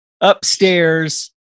upstairs